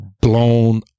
blown